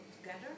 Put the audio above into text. together